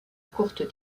courtes